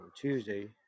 Tuesday